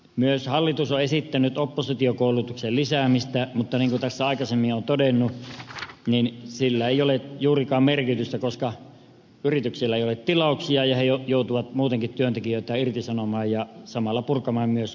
myös hallitus on esittänyt oppisopimuskoulutuksen lisäämistä mutta niin kuin tässä aikaisemmin olen todennut sillä ei ole juurikaan merkitystä koska yrityksillä ei ole tilauksia ja ne joutuvat muutenkin työntekijöitään irtisanomaan ja samalla purkamaan myös oppisopimuskoulutussopimuksia